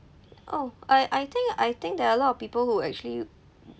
oh I I think I think there are a lot of people who actually